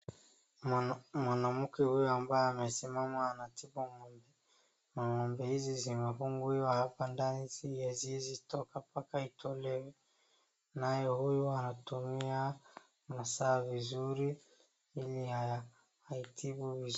Mwanamke huyu ambaye amesimama anatibu ng'ombe, na ng'ombbe hizi zimefungiwa hapa ndani haziwezi toka mpaka itolewe. Naye huyu anatumia masaa vizuri ili aitibu vizuri.